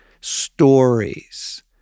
stories